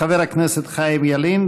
חבר הכנסת חיים ילין,